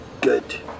Good